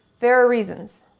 there are reasons.